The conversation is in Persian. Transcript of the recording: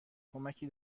کمکی